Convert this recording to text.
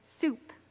soup